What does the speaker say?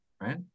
right